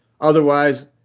Otherwise